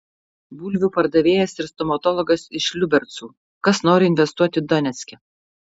bulvių pardavėjas ir stomatologas iš liubercų kas nori investuoti donecke